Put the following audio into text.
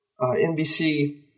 NBC